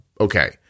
okay